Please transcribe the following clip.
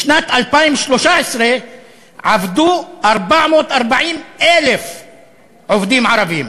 בשנת 2013 עבדו 440,000 עובדים ערבים,